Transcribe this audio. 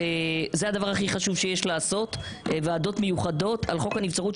וזה הדבר הכי חשוב שיש לעשות ועדות מיוחדות על חוק הנבצרות,